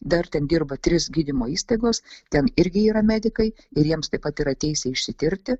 dar ten dirba trys gydymo įstaigos ten irgi yra medikai ir jiems taip pat yra teisė išsitirti